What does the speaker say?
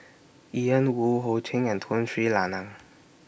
Ian Woo Ho Ching and Tun Sri Lanang